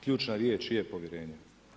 Ključna riječ je povjerenje.